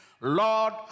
Lord